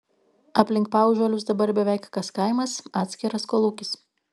aplink paužuolius dabar beveik kas kaimas atskiras kolūkis